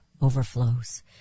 overflows